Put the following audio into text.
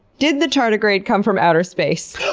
did the tardigrade come from outer space?